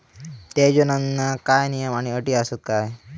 त्या योजनांका काय नियम आणि अटी आसत काय?